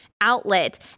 outlet